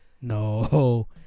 no